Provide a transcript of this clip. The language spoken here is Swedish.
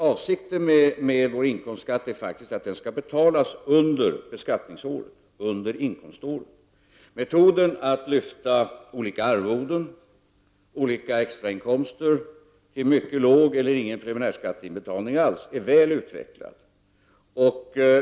Avsikten med vår inkomstskatt är faktiskt att den skall betalas under inkomståret. Metoden att lyfta olika arvoden och extrainkomster och bara betala en mycket låg eller ingen preliminärskatt alls är väl utvecklad.